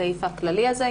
הסעיף הכללי הזה,